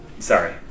Sorry